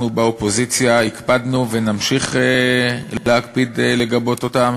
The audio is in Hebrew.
באופוזיציה הקפדנו ונמשיך להקפיד לגבות אותם.